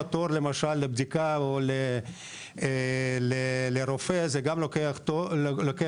תור לבדיקה או לרופא זה גם לוקח זמן,